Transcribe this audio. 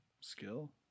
skill